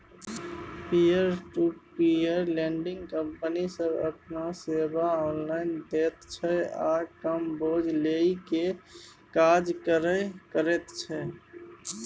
peer to peer lending company सब अपन सेवा ऑनलाइन दैत छै आ कम बोझ लेइ के काज करे करैत छै